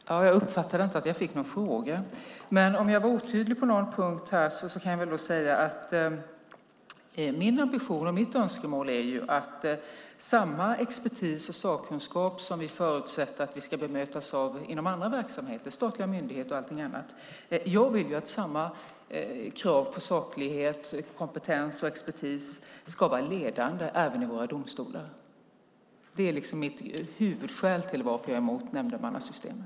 Fru talman! Jag uppfattade inte att jag fick någon fråga. Men om jag var otydlig på någon punkt kan jag säga att min ambition och mitt önskemål är att samma expertis och sakkunskap som vi förutsätter att vi ska bemötas av inom andra verksamheter, statliga myndigheter och allting annat, ska finnas även hos våra domstolar. Jag vill att samma krav på saklighet, kompetens och expertis ska vara ledande även där. Det är huvudskälet till att jag är mot nämndemannasystemet.